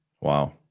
Wow